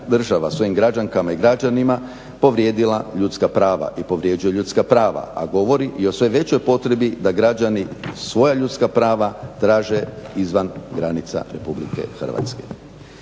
svojim građankama i građanima povrijedila ljudska prava i povrjeđuje ljudska prava, a govori i o sve većoj potrebi da građani svoja ljudska prava traže izvan granica RH.